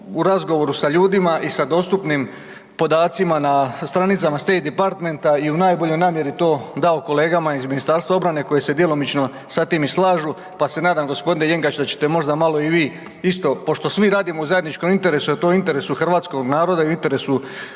u razgovoru sa ljudima i sa dostupnim podacima na stranica State Departmenta i u najboljoj namjeri to dao kolegama iz Ministarstva obrane koji se djelomično sa tim i slažu, pa se nadam g. Jenkač da ćete možda malo i vi isto, pošto svi radimo u zajedničkom interesu, a to je u interesu hrvatskog naroda i u interesu